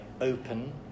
open